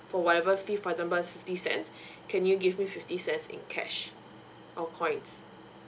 for whatever fee for example it's fifty cents can you give me fifty cents in cash or points